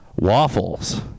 waffles